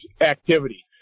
activity